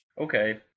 Okay